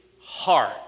heart